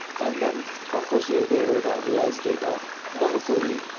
and then of course you'll be able to analyze data more fully,